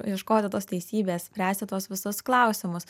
ieškoti tos teisybės spręsti tuos visus klausimus